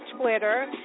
Twitter